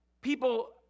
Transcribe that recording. people